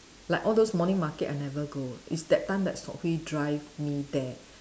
like all those morning market I never go is that time that Seok Hui drive me there